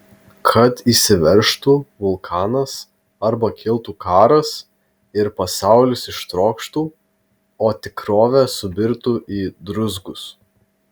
kad išsiveržtų vulkanas arba kiltų karas ir pasaulis ištrokštų o tikrovė subirtų į druzgus